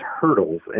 hurdles